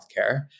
healthcare